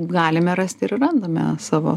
galime rasti ir randame savo